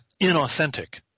inauthentic